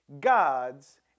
gods